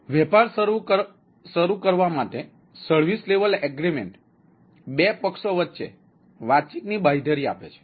વેપાર શરૂ કરવા માટે સર્વિસ લેવલ એગ્રીમેન્ટ 2 પક્ષો વચ્ચે વાતચીતની બાંયધરી આપે છે